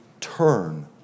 turn